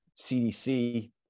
CDC